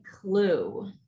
Clue